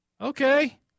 okay